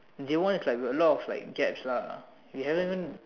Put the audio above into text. J one is like we have a lot of like gaps lah we haven't even